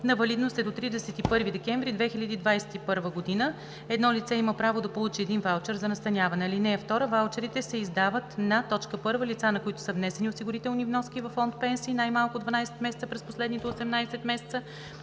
на валидност е до 31.12.2021 г. Едно лице има право да получи един ваучер за настаняване. (2) Ваучери се издават на: 1. лица, за които са внесени осигурителни вноски във фонд „Пенсии“ най-малко 12 месеца през последните 18 месеца